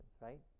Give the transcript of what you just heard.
right